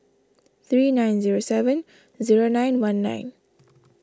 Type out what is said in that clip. three nine zero seven zero nine one nine